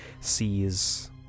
sees